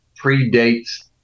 predates